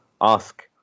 ask